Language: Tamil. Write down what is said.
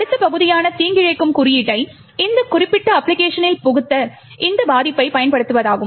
அடுத்த பகுதியானது தீங்கிழைக்கும் குறியீட்டை இந்த குறிப்பிட்ட அப்பிளிகேஷனில் புகுத்த இந்த பாதிப்பைப் பயன்படுத்துவதாகும்